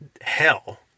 hell